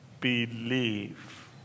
believe